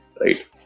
Right